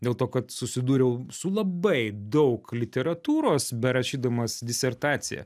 dėl to kad susidūriau su labai daug literatūros berašydamas disertaciją